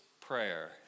prayer